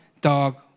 dog